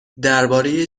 درباره